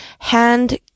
hand